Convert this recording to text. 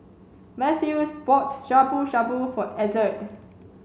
Mathews bought Shabu Shabu for Ezzard